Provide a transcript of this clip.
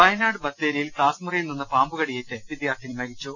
വയനാട് ബത്തേരിയിൽ ക്ലാസ് മുറിയിൽ നിന്ന് പാമ്പുകടിയേറ്റ് വിദ്യാർത്ഥിനി മരിച്ചു